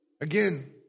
Again